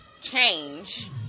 change